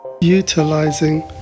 utilizing